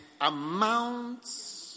amounts